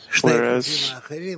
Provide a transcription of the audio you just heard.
Whereas